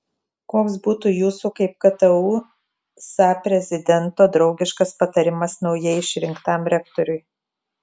koks būtų jūsų kaip ktu sa prezidento draugiškas patarimas naujai išrinktam rektoriui